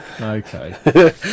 okay